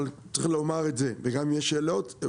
אבל צריכים לומר את זה וגם יש שאלות,